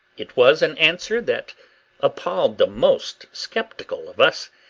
it was an answer that appalled the most sceptical of us,